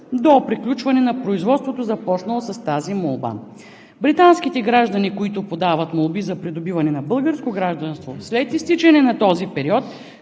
до приключване на производството, започнало с тази молба. Британските граждани, които подават молби за придобиване на българско гражданство след изтичане на този период,